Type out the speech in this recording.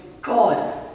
God